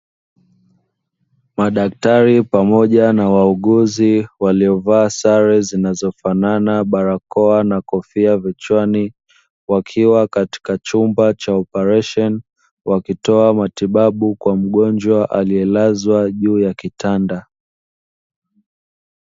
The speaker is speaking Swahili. Madaktari pamoja na wauguzi waliovaa sare zinazofanana, barakoa na kofia kichwani, wakiwa katika chumba cha operesheni, wakitoa matibabu kwa mgonjwa aliyelazwa juu ya kitanda.